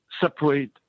separate